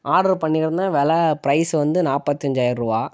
order பண்ணியிருந்தேன் விலை price வந்து நாற்பத்தி அஞ்சாயிரம் ரூபா